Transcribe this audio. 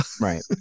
Right